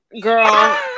Girl